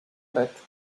dret